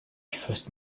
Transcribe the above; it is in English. first